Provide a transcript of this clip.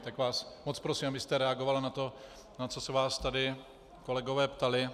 Tak vás moc prosím, abyste reagovala na to, na co se vás tady kolegové ptali.